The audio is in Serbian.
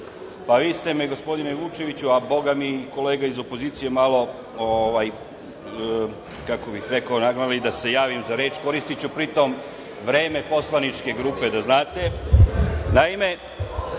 vi ste me, gospodine Vučeviću, a bogami i kolega iz opozicije malo, kako bih rekao, nagnali da se javim za reč, a pri tome ću koristiti vreme poslaničke grupe, da znate. Naime,